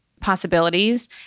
possibilities